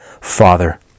Father